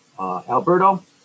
Alberto